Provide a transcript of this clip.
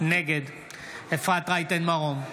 נגד אפרת רייטן מרום,